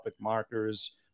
markers